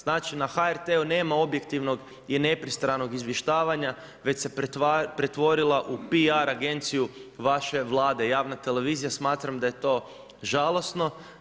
Znači na HRT-u nema objektivnog i nepristranog izvještavanja, već se pretvorila u PR agenciju vaše Vlade, javna televizija, smatram da je to žalosno.